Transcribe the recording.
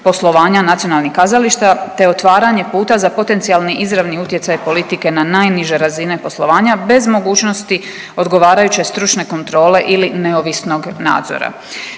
poslovanja nacionalnih kazališta te otvaranje puta za potencijalni izravni utjecaj politike na najniže razine poslovanja bez mogućnosti odgovarajuće stručne kontrole ili neovisnog nadzora.